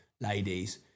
ladies